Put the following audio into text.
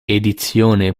edizione